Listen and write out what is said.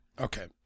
Okay